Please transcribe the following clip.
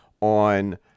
on